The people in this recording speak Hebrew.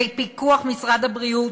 בפיקוח משרד הבריאות,